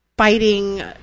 fighting